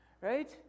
right